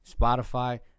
Spotify